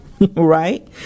Right